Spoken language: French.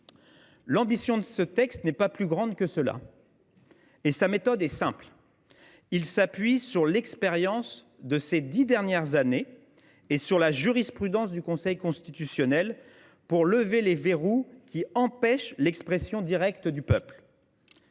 L’ambition du présent texte ne va justement pas au delà. Sa méthode est simple : il s’appuie sur l’expérience de ces dix dernières années, ainsi que sur la jurisprudence du Conseil constitutionnel, pour lever les verrous qui empêchent l’expression directe du peuple.